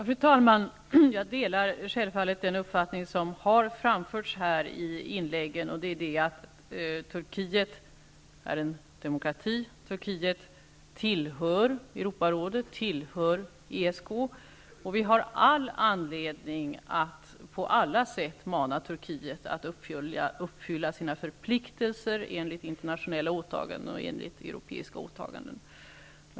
Fru talman! Jag delar självfallet den uppfattning som har framförts i inläggen, nämligen att Turkiet är en demokrati, att Turkiet tillhör Europarådet och ESK och att vi har all anledning att på alla sätt mana Turkiet att uppfylla sina förpliktelser enligt internationella och europeiska åtaganden.